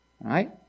right